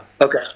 Okay